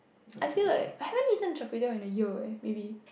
I feel like I haven't eaten Char-Kway-Teow in a year leh maybe